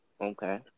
Okay